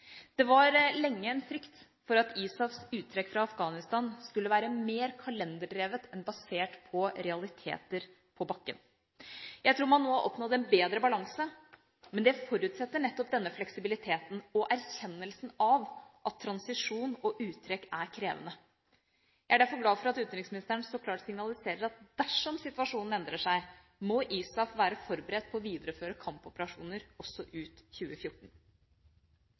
Det var lenge en frykt for at ISAFs uttrekk fra Afghanistan skulle være mer kalenderdrevet enn basert på realiteter på bakken. Jeg tror man nå har oppnådd en bedre balanse, men det forutsetter nettopp denne fleksibiliteten og erkjennelsen av at transisjon og uttrekk er krevende. Jeg er derfor glad for at utenriksministeren så klart signaliserer at dersom situasjonen endrer seg, må ISAF være forberedt på å videreføre kampoperasjoner også ut 2014.